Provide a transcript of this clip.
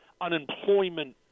unemployment